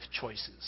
choices